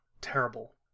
terrible